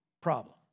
Problem